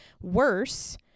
Worse